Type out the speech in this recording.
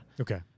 Okay